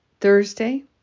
Thursday